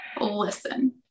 listen